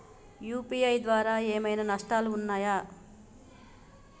UPI ద్వారా ఏమైనా నష్టాలు ఉన్నయా?